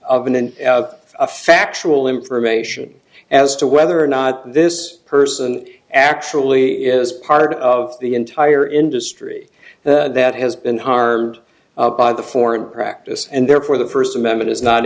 of an end of a factual information as to whether or not this person actually is part of the entire industry that has been harmed by the foreign practice and therefore the first amendment is not